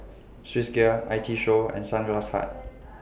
Swissgear I T Show and Sunglass Hut